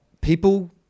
people